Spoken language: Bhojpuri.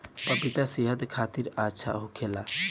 पपिता सेहत खातिर अच्छा होखेला